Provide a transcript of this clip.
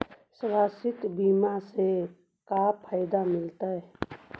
स्वास्थ्य बीमा से का फायदा मिलतै?